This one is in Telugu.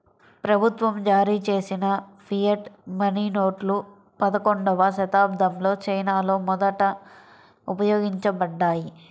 ప్రభుత్వం జారీచేసిన ఫియట్ మనీ నోట్లు పదకొండవ శతాబ్దంలో చైనాలో మొదట ఉపయోగించబడ్డాయి